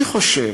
אני חושב,